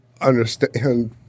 understand